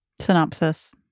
synopsis